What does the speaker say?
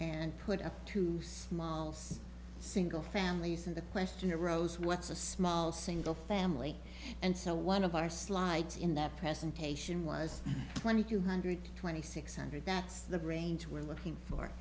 and put up two smiles single families and the question arose what's a small single family and so one of our slides in that presentation was twenty two hundred twenty six hundred that's the range we're looking for